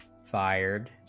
fired